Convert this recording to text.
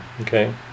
okay